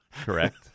Correct